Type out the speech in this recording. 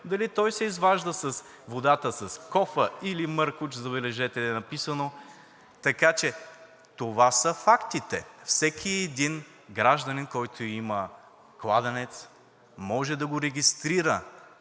дали той изважда водата с кофа или маркуч, забележете, е написано. Така че това са фактите. Всеки един гражданин, който има кладенец, може да го регистрира.